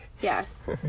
Yes